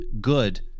good